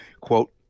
quote